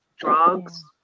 drugs